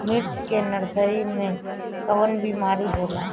मिर्च के नर्सरी मे कवन बीमारी होला?